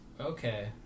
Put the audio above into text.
okay